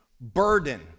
burden